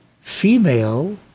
female